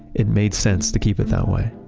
it made sense to keep it that way.